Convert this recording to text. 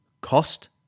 Cost